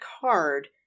card